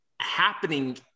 happening